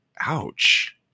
Ouch